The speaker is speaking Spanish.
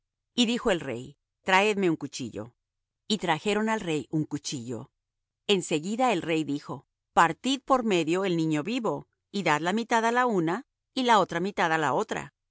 y dijo el rey traedme un cuchillo y trajeron al rey un cuchillo en seguida el rey dijo partid por medio el niño vivo y dad la mitad á la una y la otra mitad á la otra